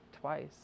twice